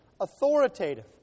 authoritative